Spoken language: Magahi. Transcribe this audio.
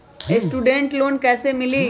स्टूडेंट लोन कैसे मिली?